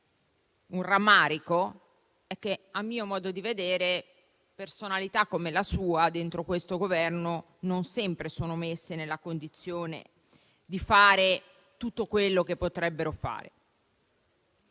un rammarico è che - a mio modo di vedere - personalità come la sua dentro questo Governo non sempre sono messe nella condizione di fare tutto quello che potrebbero.